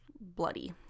bloody